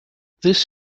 this